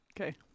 okay